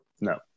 no